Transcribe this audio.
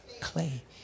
clay